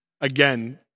again